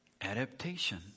Adaptation